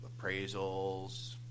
appraisals